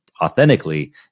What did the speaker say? authentically